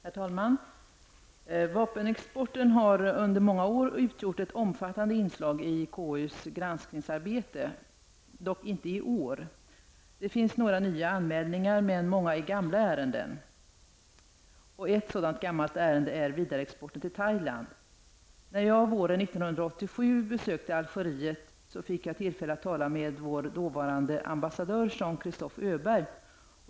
Herr talman! Vapenexporten har under många år utgjort ett omfattande inslag i KUs granskningsarbete -- dock inte i år. Det finns några nya anmälningar, men många är gamla ärenden. Ett sådant gammalt ärende är vidareexporten till När jag våren 1987 besökte Algeriet fick jag tillfälle att tala med vår dåvarande ambassadör Jean Christophe Öberg.